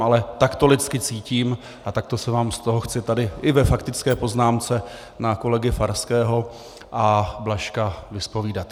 Ale tak to lidsky cítím a takto se vám z toho chci tady i ve faktické poznámce na kolegy Farského a Blažka vyzpovídat.